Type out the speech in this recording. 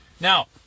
Now